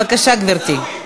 בבקשה, גברתי.